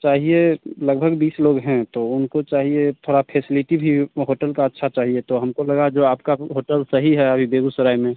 चाहिए लगभग बीस लोग हैं तो उनको चाहिए थोड़ा फेसिलिटी भी होटल की अच्छी चाहिए तो हमको लगा जो आपका होटल सही है अभी बेगूसराय में